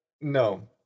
No